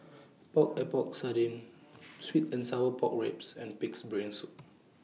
Epok Epok Sardin Sweet and Sour Pork Ribs and Pig'S Brain Soup